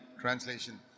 translation